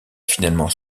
finalement